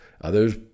Others